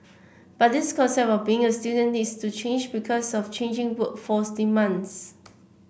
but this concept of being a student needs to change because of changing workforce demands